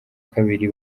kabiri